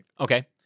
Okay